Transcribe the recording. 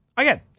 Again